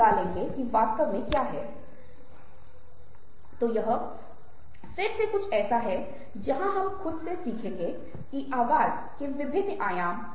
इसलिए नहीं कि वह वास्तव में दंडित हो रहा है बल्कि इसलिए कि आप देख रहे हैं कि वह दूसरे व्यक्ति के दर्द को कुछ हद तक महसूस करता है कि उसके शरीर पर घाव प्रकट हो जाता है